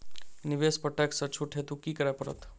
निवेश पर टैक्स सँ छुट हेतु की करै पड़त?